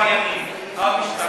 המדינה היא עבריינית,